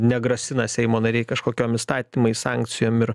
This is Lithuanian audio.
negrasina seimo nariai kažkokiom įstatymais sankcijom ir